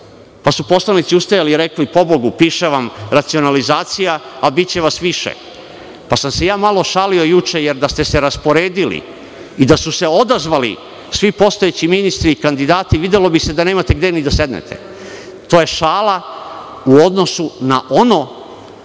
pa su poslanici ustajali i rekli – pobogu, piše vam „racionalizacija“, a biće vas više. Ja sam se malo šalio juče, jer da ste se rasporedili i da su se odazvali svi postojeći ministri i kandidati, videlo bi se da nemate gde ni da sednete. To je šala u odnosu na ono